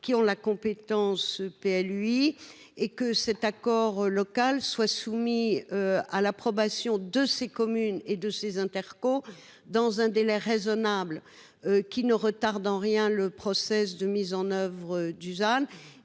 qui ont la compétence PA lui et que cet accord local soit soumis à l'approbation de ces communes et de ses Interco dans un délai raisonnable qui ne retarde en rien le process de mise en oeuvre Dusan